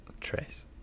Trace